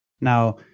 Now